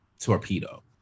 torpedo